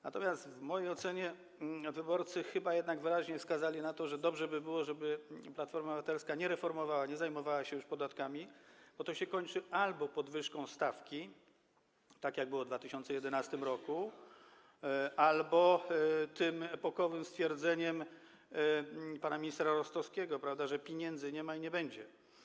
Natomiast w mojej ocenie wyborcy chyba jednak wyraźnie wskazali na to, że dobrze by było, żeby Platforma Obywatelska nie reformowała, nie zajmowała się już podatkami, bo to się kończy albo podwyżką stawki, tak jak było w 2011 r., albo tym epokowym stwierdzeniem pana ministra Rostowskiego, że piniędzy nie ma i nie będzie.